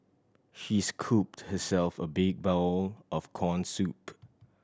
he scooped herself a big bowl of corn soup